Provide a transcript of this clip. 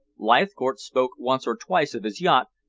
leithcourt spoke once or twice of his yacht,